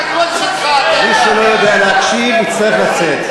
את הקול שלך, מי שלא יודע להקשיב יצטרך לצאת.